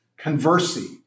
conversi